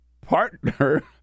partner